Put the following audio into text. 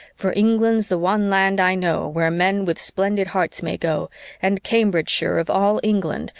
for england's the one land, i know, where men with splendid hearts may go and cambridgeshire, of all england,